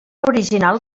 original